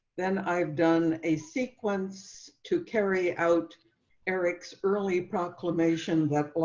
then i've done a sequence to carry out eric's early proclamation